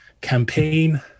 campaign